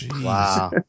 Wow